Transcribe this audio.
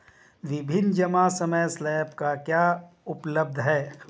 विभिन्न जमा समय स्लैब क्या उपलब्ध हैं?